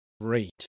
rate